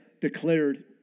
declared